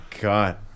God